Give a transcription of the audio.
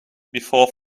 before